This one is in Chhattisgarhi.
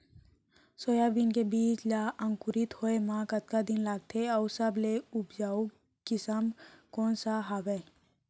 सोयाबीन के बीज ला अंकुरित होय म कतका दिन लगथे, अऊ सबले उपजाऊ किसम कोन सा हवये?